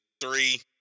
three